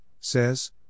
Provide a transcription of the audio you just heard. says